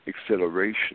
acceleration